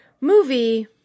movie